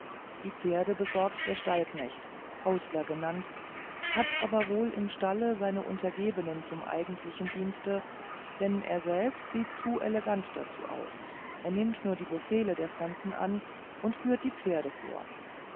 die pferde besorgt der stallknecht hostler genannt hat aber wohl im stalle seine untergebenen zum eigentlichen dienste denn er selbst sieht zu elegant dazu aus er nimmt nur die befehle der fremden an und führt die pferde vor